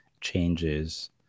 changes